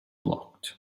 blocked